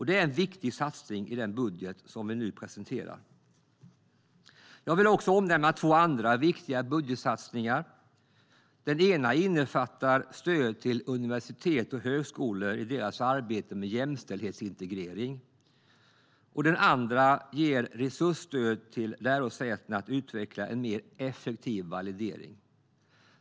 Det är en viktig satsning i den budget som vi nu presenterar. Jag vill också omnämna två andra viktiga budgetsatsningar. Den ena innefattar stöd till universitet och högskolor i deras arbete med jämställdhetsintegrering. Den andra ger resursstöd till lärosätena att utveckla en mer effektiv validering.